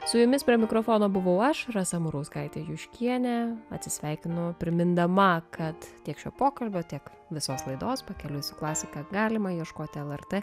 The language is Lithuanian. su jumis prie mikrofono buvau aš rasa murauskaitė juškienė atsisveikino primindama kad tiek šio pokalbio tiek visos laidos pakeliui su klasika galima ieškoti lrt